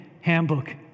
handbook